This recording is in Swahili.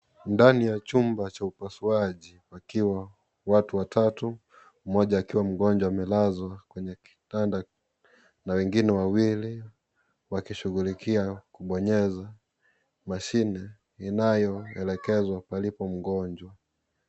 Ndani ya chumba cha upasuaji wakiwa watu watatu ,mmoja akiwa mgonjwa amelazwa kwenye kitandana na wengine wawili wakishughulikia kuponyeza mashine inayoelekezwa palipo mgonjwa.